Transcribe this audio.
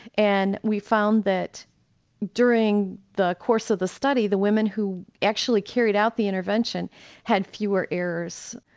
and we found that during the course of the study the women who actually carried out the intervention had fewer errors.